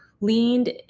leaned